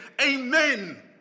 Amen